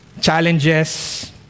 challenges